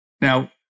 Now